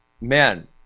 man